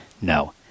No